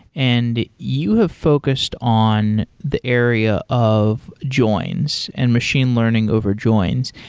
and you have focused on the area of joins and machine learning over joins.